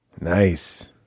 Nice